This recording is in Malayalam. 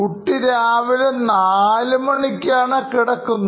കുട്ടി രാവിലെ നാലുമണിക്ക് ആണ് കിടക്കുന്നത്